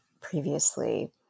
previously